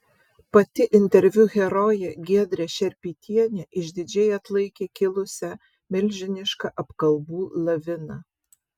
pati interviu herojė giedrė šerpytienė išdidžiai atlaikė kilusią milžinišką apkalbų laviną